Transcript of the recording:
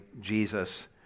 Jesus